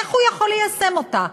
איך הוא יכול ליישם אותה?